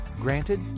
Granted